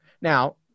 Now